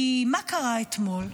כי מה קרה אתמול?